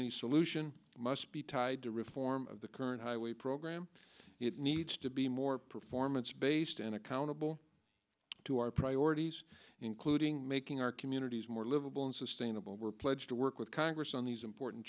any solution must be tied to reform the current highway program needs to be more performance based and accountable to our priorities including making our communities more livable and sustainable we're pledged to work with congress on these important